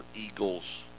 eagles